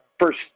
first